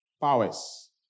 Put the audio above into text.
Powers